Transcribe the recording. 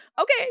Okay